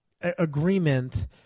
agreement